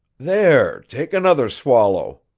there, take another swallow,